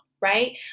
Right